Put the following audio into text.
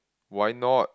why not